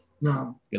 No